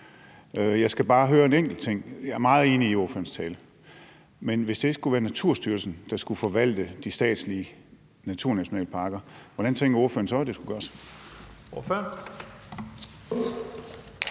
Jeg har bare et enkelt spørgsmål. Jeg er meget enig i ordførerens tale, men hvis det ikke skulle være Naturstyrelsen, der skulle forvalte de statslige naturnationalparker, hvordan tænker ordføreren så at det skulle gøres? Kl.